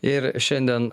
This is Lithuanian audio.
ir šiandien